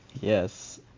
Yes